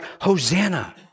Hosanna